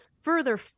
further